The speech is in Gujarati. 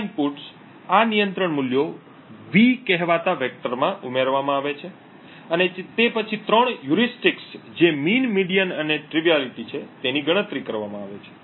આ ઇનપુટ્સ આ નિયંત્રણ મૂલ્યો V કહેવાતા વેક્ટરમાં ઉમેરવામાં આવે છે અને તે પછી ત્રણ હ્યુરીસ્ટિક્સ જે સરેરાશ મધ્યક અને તુચ્છતા ની ગણતરી કરવામાં આવે છે